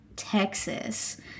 Texas